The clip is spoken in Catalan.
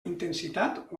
intensitat